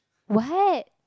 what